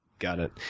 got it.